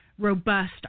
robust